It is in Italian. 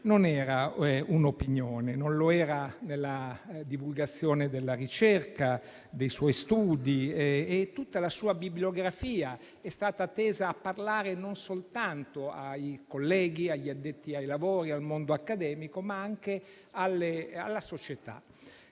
non era un'opinione; non lo era nella divulgazione della ricerca e dei suoi studi, e tutta la sua bibliografia è stata tesa a parlare non soltanto ai colleghi, agli addetti ai lavori, al mondo accademico, ma anche alla società.